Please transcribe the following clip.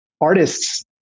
artists